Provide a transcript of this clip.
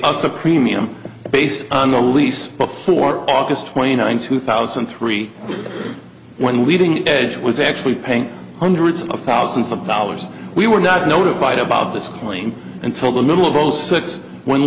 a premium based on the release before august twenty ninth two thousand and three when leading edge was actually paying hundreds of thousands of dollars we were not notified about this claim until the middle of zero six when